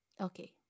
okay